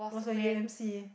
was on U_M_C